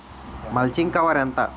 Mulching cover ఎంత?